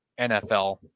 NFL